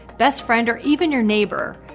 best friend or even your neighbor.